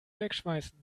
wegschmeißen